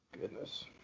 Goodness